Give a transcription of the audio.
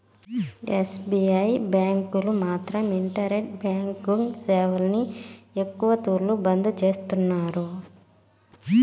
SBI బ్యాంకీలు మాత్రం internet banking సేవల్ని ఎక్కవ తూర్లు బంద్ చేస్తున్నారు